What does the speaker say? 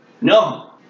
no